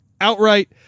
outright